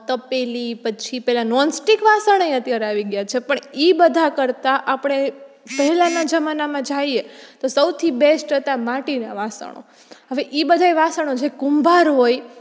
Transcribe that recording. તપેલી પછી પેલા નોનસ્ટિક વાસણએ અત્યારે આવી ગયાં છે પણ ઈ બધાં કરતાં આપણે પહેલાના જમાનામાં જઈએ તો સૌથી બેસ્ટ હતા માટીના વાસણો હવે ઈ બધાંએ વાસણો જે કુંભાર હોય